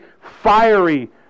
fiery